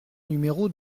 numéro